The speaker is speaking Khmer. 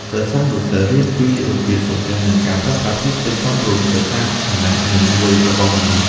សិស្សានុសិស្សរៀនពីរបៀបសំពះនិងការប្រើប្រាស់ពាក្យពេចន៍សមរម្យទៅតាមឋានៈនិងវ័យរបស់មនុស្ស។